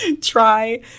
try